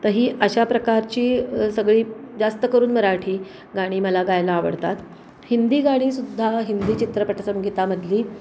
तर ही अशा प्रकारची सगळी जास्त करून मराठी गाणी मला गायला आवडतात हिंदी गाणीसुद्धा हिंदी चित्रपट संगीतामधली